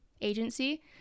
agency